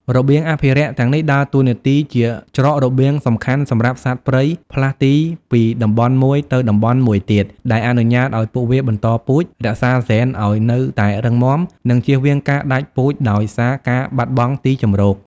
របៀងអភិរក្សទាំងនេះដើរតួនាទីជាច្រករបៀងសំខាន់សម្រាប់សត្វព្រៃផ្លាស់ទីពីតំបន់មួយទៅតំបន់មួយទៀត ដែលអនុញ្ញាតឱ្យពួកវាបន្តពូជ រក្សាហ្សែនឱ្យនៅតែរឹងមាំ និងជៀសវាងការដាច់ពូជដោយសារការបាត់បង់ទីជម្រក។